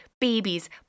babies